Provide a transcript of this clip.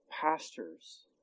pastors